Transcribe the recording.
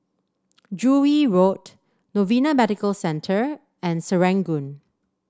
Joo Yee Road Novena Medical Centre and Serangoon